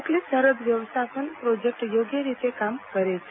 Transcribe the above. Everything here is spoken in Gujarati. સંકલિત સરહદ વ્યવસ્થાપન પ્રોજેકટ યોગ્ય રીતે કામ કરે છે